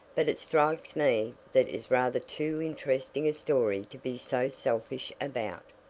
but it strikes me that is rather too interesting a story to be so selfish about.